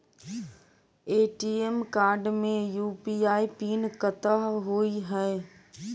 ATM card मे UPI PIN कतह होइ है?